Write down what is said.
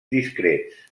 discrets